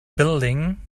building